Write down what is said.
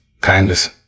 kindness